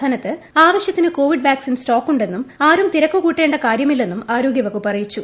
സംസ്ഥാനത്ത് ആവശ്യത്തിന് Covid vaccine സ്റ്റോക്കുണ്ടെന്നും ആരും തിരക്ക് കൂട്ടേണ്ട കാര്യമില്ലെന്നും ആരോഗ്യവകുപ്പ് അറിയിച്ചു